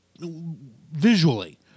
visually